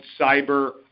cyber